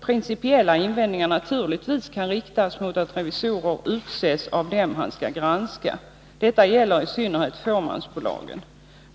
principiella invändningar naturligtvis kan riktas mot att revisor utses av dem han skall granska. Detta gäller i synnerhet fåmansbolagen.